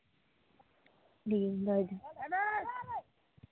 ᱴᱷᱤᱠᱜᱮᱭᱟ ᱫᱚᱦᱚᱭ ᱫᱟᱹᱧ